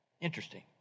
Interesting